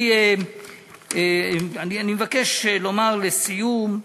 אני מבקש לומר, לסיום,